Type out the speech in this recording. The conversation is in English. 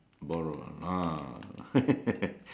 borrow ah